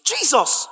Jesus